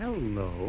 Hello